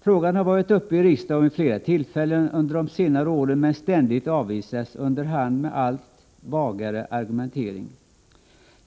Frågan har varit uppe i riksdagen vid flera tillfällen under senare år men ständigt avvisats, under hand med allt vagare argumentering.